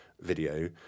video